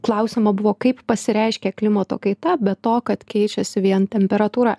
klausiama buvo kaip pasireiškia klimato kaita be to kad keičiasi vien temperatūra